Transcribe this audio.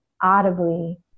audibly